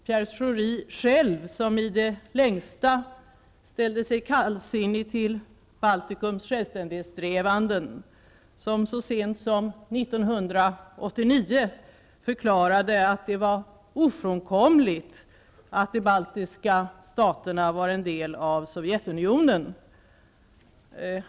Pierre Schori ställde sig i det längsta kallsinnig till Baltikums självständighetssträvanden. Så sent som 1989 förklarade han att det var ofrånkomligt att de baltiska staterna var en del av Sovjetunionen.